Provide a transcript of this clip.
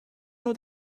know